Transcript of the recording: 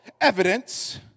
evidence